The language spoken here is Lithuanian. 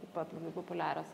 taip pat labai populiarios